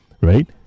right